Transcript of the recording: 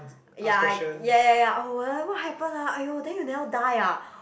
ya ya ya ya oh whatever happen ah aiyo then you never die ah